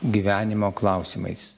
gyvenimo klausimais